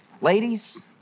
Ladies